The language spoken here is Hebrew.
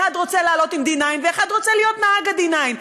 אחד רוצה לעלות עם D9, ואחד רוצה להיות נהג ה-D9.